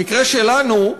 במקרה שלנו,